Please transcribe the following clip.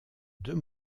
deux